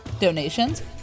donations